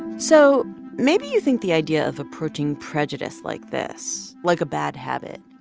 so maybe you think the idea of approaching prejudice like this, like a bad habit,